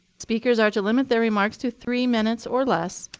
speakers are to limit their remarks to three minutes or less.